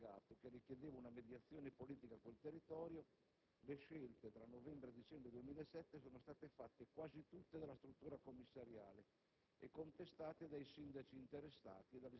Difatti, nonostante gli appelli del commissario delegato, che richiedeva una mediazione politica con il territorio, le scelte tra novembre e dicembre 2007 sono state compiute quasi tutte dalla struttura commissariale